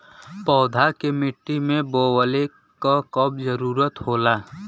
पौधा के मिट्टी में बोवले क कब जरूरत होला